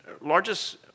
largest